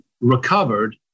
recovered